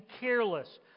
careless